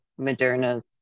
Moderna's